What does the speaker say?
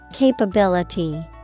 Capability